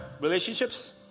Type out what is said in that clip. relationships